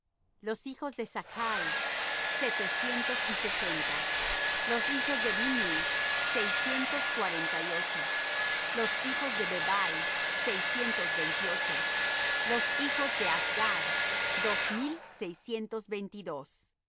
los hijos de zachi setecientos y sesenta los hijos de binnui seiscientos cuarenta y ocho los hijos de bebai seiscientos veintiocho los hijos de azgad dos mil seiscientos veintidós